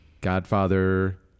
Godfather